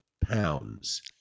pounds